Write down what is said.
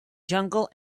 jungle